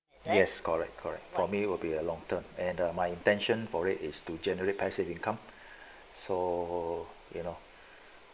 yes correct correct for me it will be a long term and the my intention for it is to generate passive income so you know